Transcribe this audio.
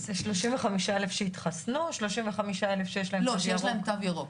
זה שלושים וחמישה אלף שיש להם תו ירוק,